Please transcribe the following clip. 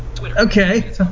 Okay